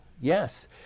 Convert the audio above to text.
Yes